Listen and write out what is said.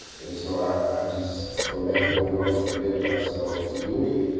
so i just, from that point on, committed myself to doing it.